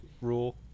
rule